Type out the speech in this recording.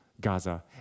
Gaza